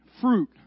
fruit